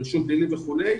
רישום פלילי וכולי,